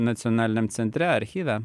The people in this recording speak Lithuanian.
nacionaliniam centre archyve